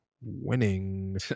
winning